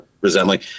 resembling